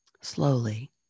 slowly